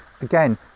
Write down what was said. again